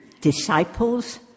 Disciples